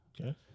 Okay